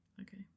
Okay